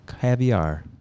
caviar